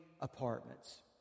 apartments